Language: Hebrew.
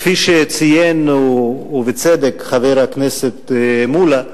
כפי שציין, ובצדק, חבר הכנסת מולה,